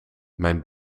mijn